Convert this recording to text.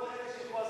כל אלה שכועסים,